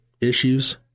issues